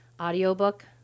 audiobook